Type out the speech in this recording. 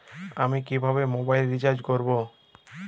আমি কিভাবে mobile recharge করব?